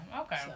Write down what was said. Okay